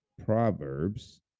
Proverbs